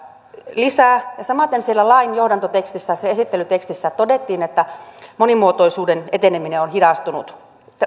lisää ja samaten siellä lain johdantotekstissä sen esittelytekstissä todettiin että monimuotoisuuden eteneminen on on hidastunut